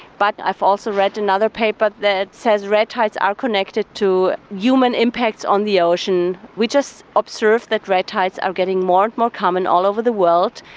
but i've also read another paper that says red tides are connected to human impacts on the ocean. we just observe that red tides are getting more and more common all over the world,